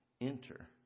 enter